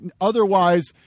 otherwise